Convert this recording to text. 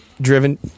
driven